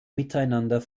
miteinander